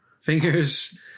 fingers